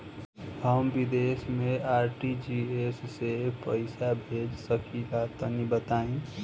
हम विदेस मे आर.टी.जी.एस से पईसा भेज सकिला तनि बताई?